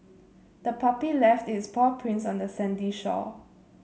the puppy left its paw prints on the sandy shore